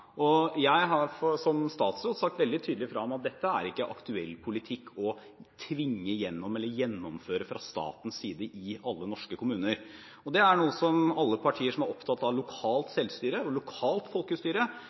Jeg har som statsråd sagt veldig tydelig ifra om at dette ikke er aktuell politikk å tvinge igjennom eller gjennomføre fra statens side i alle norske kommuner, og det er noe som alle partier som er opptatt av lokalt selvstyre og lokalt folkestyre,